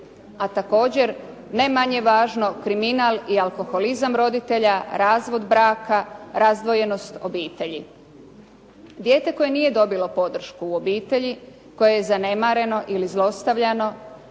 a također ne manje važno, kriminal i alkoholizam roditelja, razvod braka, razdvojenost obitelji. Dijete koje nije dobilo podršku u obitelji, koje je zanemareno ili zlostavljano